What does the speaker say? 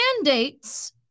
mandates